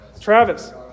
Travis